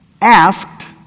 asked